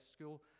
school